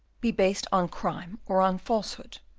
be based on crime or on falsehood.